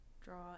draw